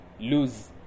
lose